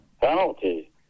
penalty